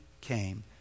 came